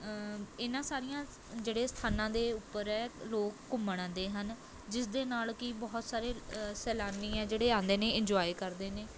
ਇਹਨਾਂ ਸਾਰੀਆਂ ਜਿਹੜੇ ਸਥਾਨਾਂ ਦੇ ਉੱਪਰ ਹੈ ਲੋਕ ਘੁੰਮਣ ਆਉਂਦੇ ਹਨ ਜਿਸ ਦੇ ਨਾਲ਼ ਕਿ ਬਹੁਤ ਸਾਰੇ ਸੈਲਾਨੀ ਆ ਜਿਹੜੇ ਆਉਂਦੇ ਨੇ ਇੰਨਜੋਏ ਕਰਦੇ ਨੇ